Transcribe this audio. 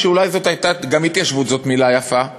גם התיישבות היא מילה יפה.